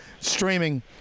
streaming